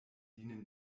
dienen